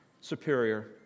superior